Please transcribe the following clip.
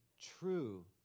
true